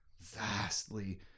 vastly